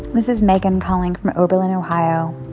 this is meghan calling from oberlin, ohio.